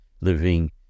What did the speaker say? living